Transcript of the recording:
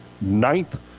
ninth